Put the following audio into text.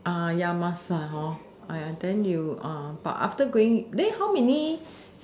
ya must but then you but after going then how many